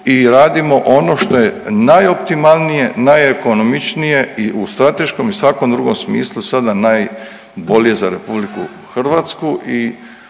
i radimo ono što je najoptimalnije, najekonomičnije i u strateškom i svakom drugom smislu sada najbolje za RH i u to